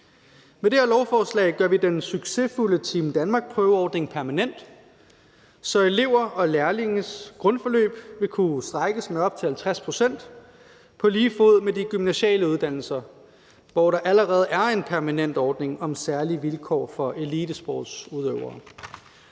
Med det her lovforslag gør vi den succesfulde Team Danmark-prøveordning permanent, så elevers og lærlingenes grundforløb vil kunne strækkes med op til 50 pct. på lige fod med ordningen på de gymnasiale uddannelser, hvor der allerede er en permanent ordning om særlige vilkår for elitesportsudøvere.